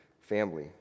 family